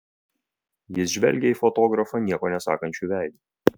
jis žvelgė į fotografą nieko nesakančiu veidu